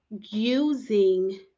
using